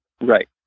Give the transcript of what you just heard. Right